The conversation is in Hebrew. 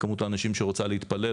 כמות האנשים שרוצה להתפלל,